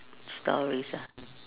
stories ah